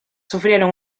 sufrieron